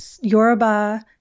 Yoruba